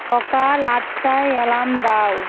সকাল আটটায় অ্যালার্ম দাও